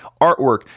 artwork